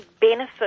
benefit